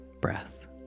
breath